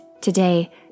Today